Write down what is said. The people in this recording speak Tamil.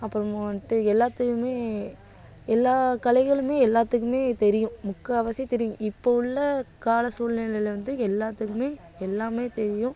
அப்புறமா வந்துட்டு எல்லாத்தையுமே எல்லா கலைகளுமே எல்லாத்துக்குமே தெரியும் முக்கால்வாசி தெரியும் இப்போ உள்ள கால சூழ்நிலையில் வந்து எல்லாத்துக்குமே எல்லாமே தெரியும்